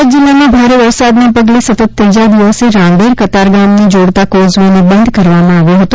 સુરત જિલ્લામાં ભારે વરસાદના પગલે સતત ત્રીજા દિવસે રાંદેર કતારગામને જોડતા કોઝ વેને બંધ રાખવામાં આવ્યો છે